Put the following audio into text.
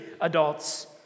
adults